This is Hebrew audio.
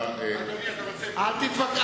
אדוני, אתה רוצה, אל תתווכח.